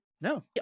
No